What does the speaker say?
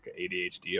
ADHD